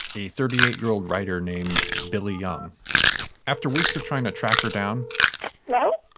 a thirty eight year old writer named billy young after weeks of trying to track her down now,